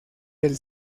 del